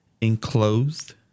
enclosed